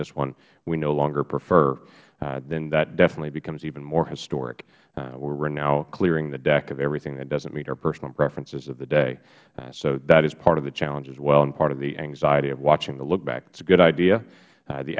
this one we no longer prefer then that definitely becomes even more historic where we are now clearing the deck of everything that doesn't meet our personal preferences of the day so that is part of the challenge as well and part of the anxiety of watching the look back it is a good idea